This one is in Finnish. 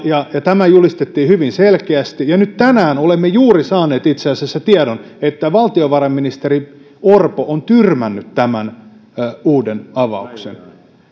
ja ja tämä julistettiin hyvin selkeästi tänään itse asiassa olemme juuri saaneet tiedon että valtiovarainministeri orpo on tyrmännyt tämän uuden avauksen myös